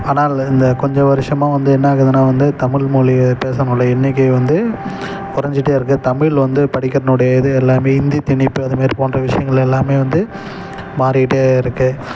ஆனால் இந்த கொஞ்ச வருஷமா வந்து என்னாகுதுன்னா வந்து தமிழ் மொழியை பேசக்கூடிய எண்ணிக்கை வந்து குறஞ்சிட்டே இருக்குது தமிழ் வந்து படிக்கிறதுனுடைய இது எல்லாமே ஹிந்தி திணிப்பு அது மாதிரி போன்ற விஷயங்கள் எல்லாமே வந்து மாறிகிட்டே இருக்குது